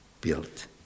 built